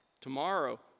tomorrow